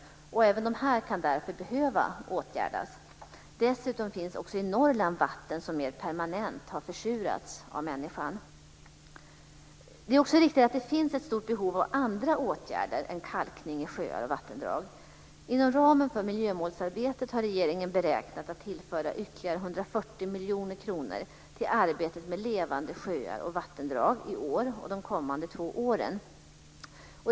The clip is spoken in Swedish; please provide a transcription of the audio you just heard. Även dessa kan därför behöva åtgärdas. Dessutom finns det också i Norrland vatten som mer permanent har försurats av människan. Det är också riktigt att det finns ett stort behov av andra åtgärder än kalkning i sjöar och vattendrag. Inom ramen för miljömålsarbetet har regeringen beräknat att tillföra ytterligare 140 miljoner kronor till arbetet med Levande sjöar och vattendrag i år och de kommande två åren.